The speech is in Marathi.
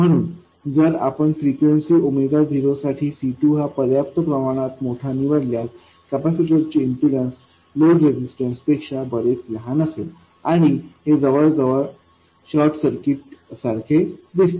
म्हणून जर आपण फ्रिक्वेन्सी 0साठी C2हा पर्याप्त प्रमाणात मोठा निवडल्यास कॅपेसिटरचे इम्पीडन्स लोड रेझिस्टर पेक्षा बरेच लहान असेल आणि हे जवळ जवळ शॉर्ट सर्किट सारखे दिसते